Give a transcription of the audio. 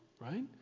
right